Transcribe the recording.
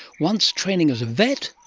once training as a vet,